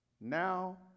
Now